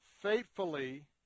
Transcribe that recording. faithfully